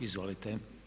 Izvolite.